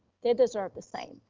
they deserve the same.